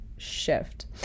Shift